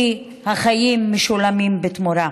כי החיים משולמים בתמורה.